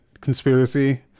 conspiracy